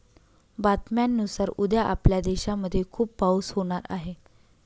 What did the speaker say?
बातम्यांनुसार उद्या आपल्या देशामध्ये खूप पाऊस होणार आहे